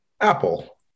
Apple